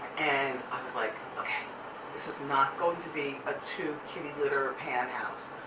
and i was, like, okay this is not going to be a two-kitty-litter-pan house,